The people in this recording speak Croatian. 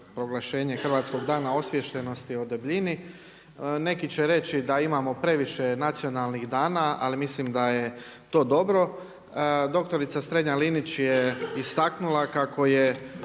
proglašenje Hrvatskog dana osviještenosti o debljini. Neki će reći da imao previše nacionalnih dana ali mislim da je to dobro. Doktorica Strenja-Linić je istaknula kako je